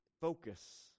focus